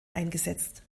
eingesetzt